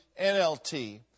NLT